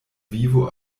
vivo